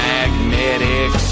Magnetic